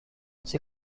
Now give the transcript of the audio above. ses